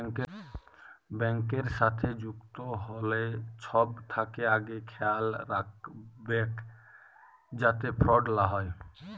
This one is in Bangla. ব্যাংকের সাথে যুক্ত হ্যলে ছব থ্যাকে আগে খেয়াল রাইখবেক যাতে ফরড লা হ্যয়